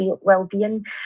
well-being